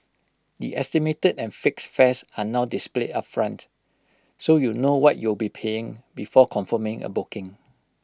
the estimated and fixed fares are not displayed upfront so you know what you'll be paying before confirming A booking